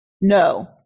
No